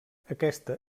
aquesta